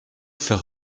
faire